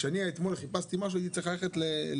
כשאתמול חיפשתי משהו הייתי צריל ללכת למקום